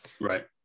Right